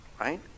Right